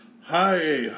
Hi